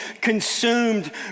consumed